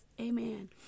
Amen